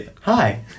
Hi